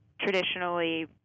traditionally